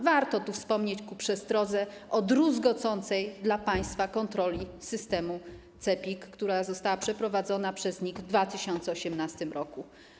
Warto tu wspomnieć ku przestrodze o druzgocącej dla państwa kontroli systemu CEPiK, która została przeprowadzona przez NIK w 2018 r.